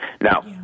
Now